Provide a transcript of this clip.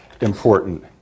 important